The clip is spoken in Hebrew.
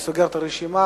אני סוגר את הרשימה.